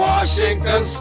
Washington